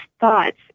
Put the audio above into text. thoughts